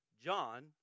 John